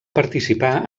participar